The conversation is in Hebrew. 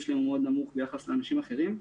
שלהם נמוך מאוד ביחס לאנשים אחרים.